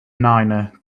niner